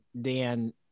Dan